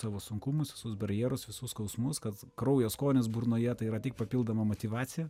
savo sunkumus visus barjerus visus skausmus kad kraujo skonis burnoje tai yra tik papildoma motyvacija